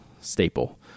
staple